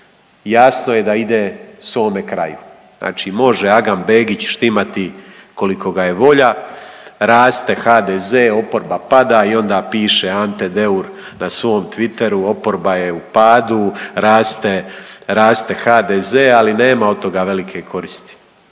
jasno je da ide svome kraju, znači može Agam Begić štimati koliko ga je volja, raste HDZ, oporba pada i onda piše Ante Deur na svom Twitteru oporba je u padu, raste, raste HDZ, ali nema od toga velike koristi,